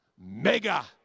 mega